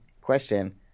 question